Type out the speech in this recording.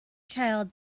child